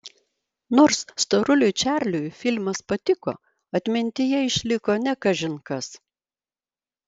nors storuliui čarliui filmas patiko atmintyje išliko ne kažin kas